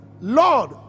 Lord